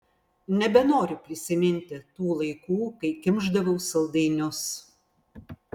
nebenoriu prisiminti tų laikų kai kimšdavau saldainius